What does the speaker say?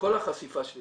כל החשיפה שלי